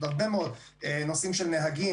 נושאים של נהגים